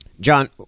John